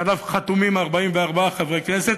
שעליו חתומים 44 חברי כנסת,